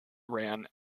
ran